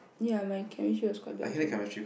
ya my chemistry was quite bad also